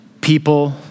People